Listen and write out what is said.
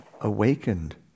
awakened